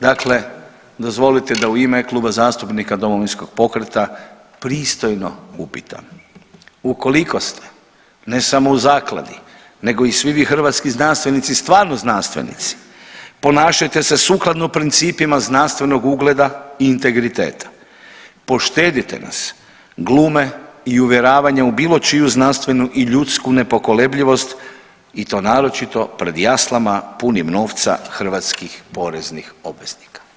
Dakle, dozvolite da u ime Kluba zastupnika Domovinskog pokreta pristojno upitam, ukoliko ste ne samo u zakladi nego i svi vi hrvatski znanstvenici stvarno znanstvenici ponašajte se sukladno principima znanstvenog ugleda i integriteta, poštedite nas glume i uvjeravanja u bilo čiju znanstvenu i ljudsku nepokolebljivost i to naročito pred jaslama punim novca hrvatskih poreznih obveznika.